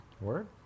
Word